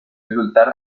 insultar